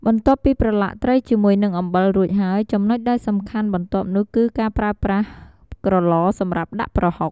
បន្ទាប់ពីប្រឡាក់ត្រីជាមួយនឹងអំបិលរួចហើយ ចំណុចដែលសំខាន់បន្ទាប់នោះគឺការប្រើប្រាស់ក្រឡសម្រាប់ដាក់ប្រហុក។